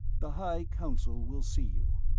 the high council will see you.